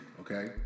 okay